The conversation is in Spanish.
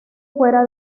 fuera